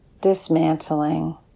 dismantling